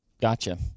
gotcha